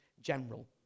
general